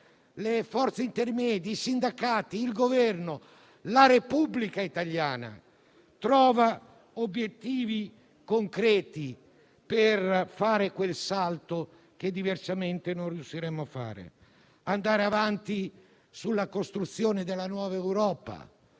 le forze intermedie, i sindacati, il Governo e la Repubblica italiana trovino obiettivi concreti per fare quel salto che diversamente non riusciremo a fare. È necessario andare avanti nella costruzione della nuova Europa.